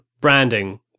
branding